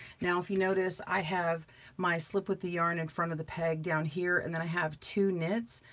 now, if you notice, i have my slip with the yarn in front of the peg down here, and then i have two knits.